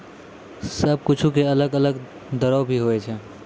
सब कुछु के अलग अलग दरो भी होवै छै